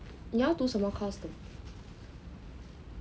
你要读什么 course